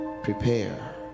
Prepare